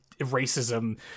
racism